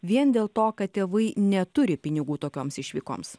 vien dėl to kad tėvai neturi pinigų tokioms išvykoms